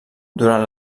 durant